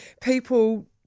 people